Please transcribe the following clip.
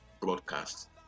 broadcast